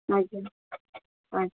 ଆଜ୍ଞା ଆଜ୍ଞା